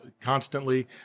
constantly